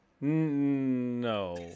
No